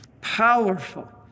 Powerful